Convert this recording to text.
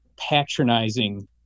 patronizing